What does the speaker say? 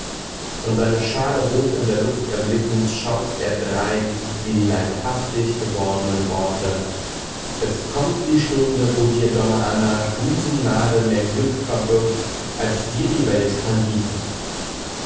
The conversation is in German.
und seine schale hoch in der luft erblickend schaut er drein wie die leibhaftig gewordenen worte es kommt die stunde wo dir der donna anna busennadel mehr glück verbirgt als dir die welt kann bieten